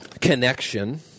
connection